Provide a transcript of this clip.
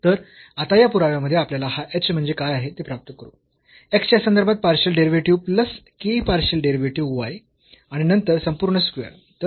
तर आता या पुराव्या मध्ये आपल्याला हा h म्हणजे काय आहे ते प्राप्त करू x च्या संदर्भात partial derivative plus k partial derivative y आणि नंतर संपूर्ण स्क्वेअर